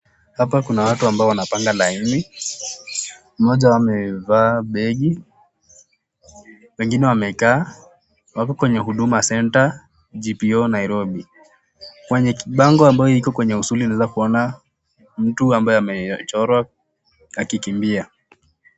Hapa kuna watu ambao wanapanga laini, mmoja wao amevaa begi, wengine wamekaa wako kwenye Huduma Centre GPO Nairobi. Kwenye kibango ambayo iko kwenye usuli unaeza kuona mtu ambaye amechorwa akikimbia.